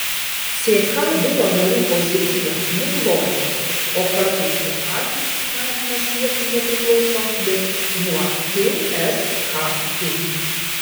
ck biuro narių pozicija miglota o kartais jie patys skatina siekti nepriklausomybės nuo tskp